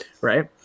right